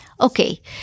Okay